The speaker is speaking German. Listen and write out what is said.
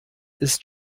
ist